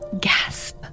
gasp